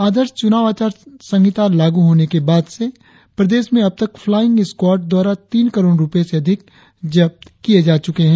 आदर्श चुनाव आचार संहिता लागू होने के बाद से प्रदेश में अब तक फ्लाईंग स्क्वाड द्वारा तीन करोड़ रुपए से अधिक जब्त किये जा चुके है